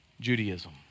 Judaism